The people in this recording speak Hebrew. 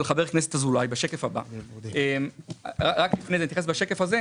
חבר הכנסת אזולאי אבל לפני כן אתייחס לשקף הזה.